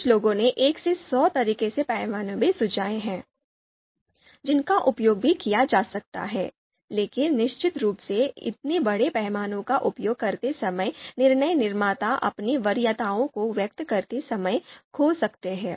कुछ लोगों ने 1 से 100 तरह के पैमाने भी सुझाए हैं जिनका उपयोग भी किया जा सकता है लेकिन निश्चित रूप से इतने बड़े पैमाने का उपयोग करते समय निर्णय निर्माता अपनी वरीयताओं को व्यक्त करते समय खो सकते हैं